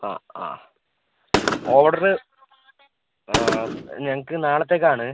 ആ ആ ഓർഡറ് ഏ ഞങ്ങൾക്ക് നാളത്തേക്കാണ്